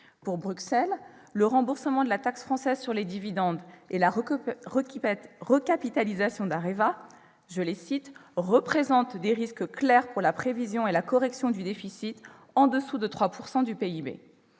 Pour Bruxelles, le remboursement de la taxe française sur les dividendes et la recapitalisation d'Areva « représentent des risques clairs pour la prévision et la correction du déficit au-dessous de 3 % du PIB ».